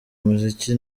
umuziki